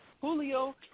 Julio